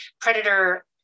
predator